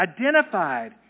identified